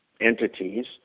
entities